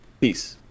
Peace